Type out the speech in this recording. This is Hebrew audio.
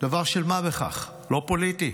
דבר של מה בכך, לא פוליטי,